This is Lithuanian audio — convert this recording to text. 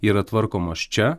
yra tvarkomos čia